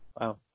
Wow